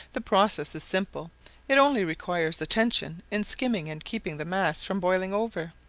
the process is simple it only requires attention in skimming and keeping the mass from boiling over,